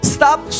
stop